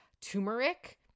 turmeric